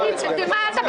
הוא לא